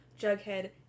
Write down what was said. Jughead